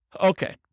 Okay